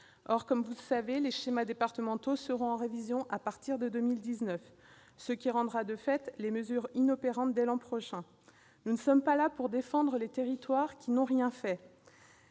Or, comme vous le savez, les schémas départementaux seront en révision à partir de 2019, ce qui rendra de fait la mesure inopérante dès l'an prochain. Nous ne sommes pas là pour défendre les territoires qui n'ont rien fait,